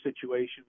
situations